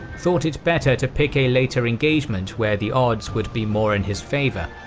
thought it better to pick a later engagement where the odds would be more in his favour.